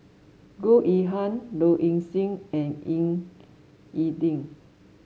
Goh Yihan Low Ing Sing and Ying E Ding